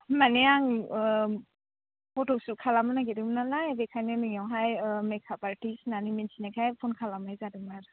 माने आं फट'सुट खालामनो नागिरदोंमोन नालाय बेनिखायनो नोंनियावहाय मेकाप आर्टिस्त होननानै मिथिनायखाय फन खालामनाय जादोंमोन आरो